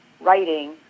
writing